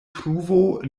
pruvo